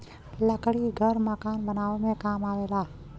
लकड़ी घर मकान बनावे में काम आवेला